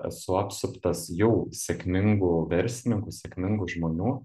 esu apsuptas jau sėkmingų verslininkų sėkmingų žmonių